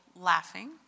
laughing